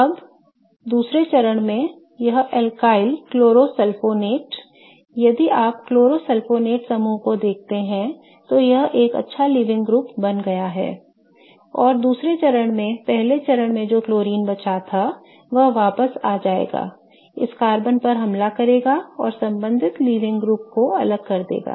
अब दूसरे चरण में यह एल्काइल क्लोरो सल्फोनेट यदि आप क्लोरो सल्फोनेट समूह को देखते हैं तो यह एक अच्छा लीविंग ग्रुप बन गया है और दूसरे चरण में पहले चरण में जो क्लोरीन बचा था वह वापस आ जाएगा इस कार्बन पर हमला करेगा और संबंधित लीविंग ग्रुप को अलग कर देगा